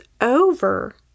over